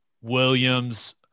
Williams